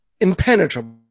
impenetrable